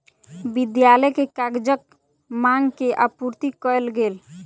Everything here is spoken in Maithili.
विद्यालय के कागजक मांग के आपूर्ति कयल गेल